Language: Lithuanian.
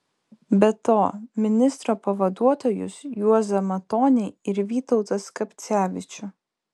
be to ministro pavaduotojus juozą matonį ir vytautą skapcevičių